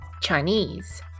Chinese